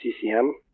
CCM